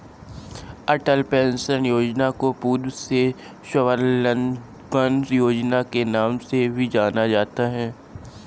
अटल pension योजना को पूर्व में स्वाबलंबन योजना के नाम से भी जाना जाता था